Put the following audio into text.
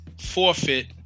forfeit